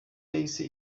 yahise